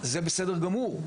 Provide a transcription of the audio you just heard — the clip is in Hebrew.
זה בסדר גמור,